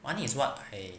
one is what I